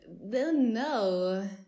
No